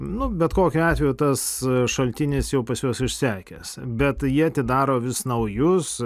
nu bet kokiu atveju tas šaltinis jau pas juos išsekęs bet jie atidaro vis naujus